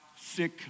sick